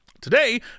Today